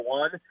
one